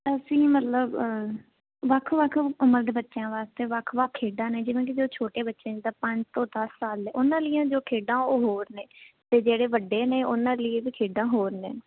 ਅਸੀਂ ਮਤਲਬ ਵੱਖ ਵੱਖ ਉਮਰ ਦੇ ਬੱਚਿਆਂ ਵਾਸਤੇ ਵੱਖ ਵੱਖ ਖੇਡਾਂ ਨੇ ਜਿਵੇਂ ਕਿ ਜੋ ਛੋਟੇ ਬੱਚੇ ਨੇ ਜਿੱਦਾ ਪੰਜ ਤੋਂ ਦਸ ਸਾਲ ਦੇ ਉਹਨਾਂ ਲਈਆਂ ਜੋ ਖੇਡਾਂ ਉਹ ਹੋਰ ਨੇ ਤੇ ਜਿਹੜੇ ਵੱਡੇ ਨੇ ਉਹਨਾਂ ਲਈ ਵੀ ਖੇਡਾਂ ਹੋਰ ਨੇ